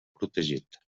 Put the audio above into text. protegit